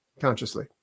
consciously